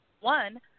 One